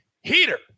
heater